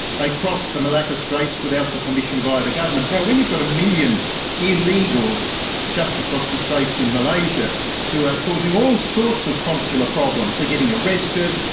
like cross the malacca straits without the permission of either government. now, when you've got a million illegals just across the straits in malaysia who are causing all sorts of consular problem they are getting arrested,